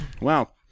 Wow